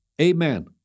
Amen